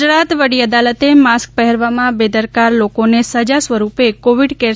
ગુજરાત વડી અદાલતે માસ્ક પહેરવામાં બેદરકાર લોકોને સજા સ્વરૂપે કોવિડ કેર